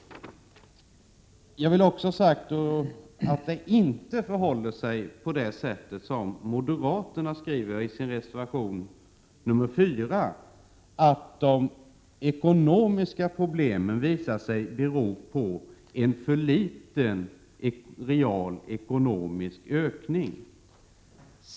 Jag vill också säga att det inte förhåller sig så som moderaterna skriver i sin reservation nr 4, att de ekonomiska problemen visat sig bero på en för liten reell ekonomisk ökning.